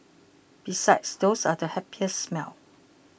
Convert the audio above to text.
besides those are the happiest smells